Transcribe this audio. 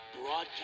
broadcast